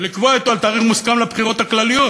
ולקבוע אתו תאריך מוסכם לבחירות הכלליות,